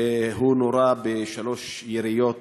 והוא נורה בשלוש יריות